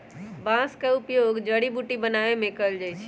बांस का उपयोग जड़ी बुट्टी बनाबे में कएल जाइ छइ